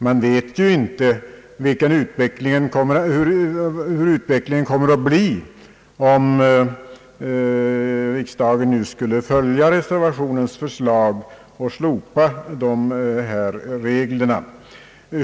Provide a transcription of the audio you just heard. Man vet ju inte hur utvecklingen kommer att bli, om riksdagen nu skulle följa reservationens förslag och slopa dessa regler.